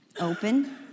open